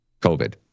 COVID